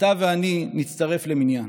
אתה ואני נצטרף למניין.